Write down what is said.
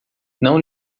não